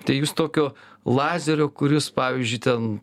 tai jūs tokio lazerio kuris pavyzdžiui ten